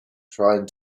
trying